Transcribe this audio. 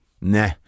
nah